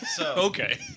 Okay